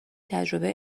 تجربه